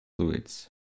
fluids